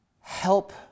help